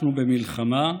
אנחנו במלחמה,